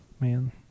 Man